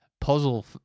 puzzle